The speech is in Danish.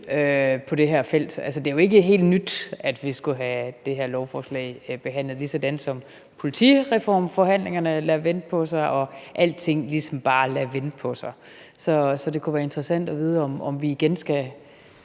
på det her felt. Det er jo ikke helt nyt, at vi skulle have det her lovforslag behandlet – ligesom forhandlingerne om en politireform lader vente på sig; alting lader ligesom bare vente på sig. Det kunne være interessant at vide, om vi igen skal